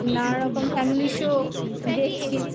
নানারকম family show দেখছি